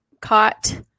caught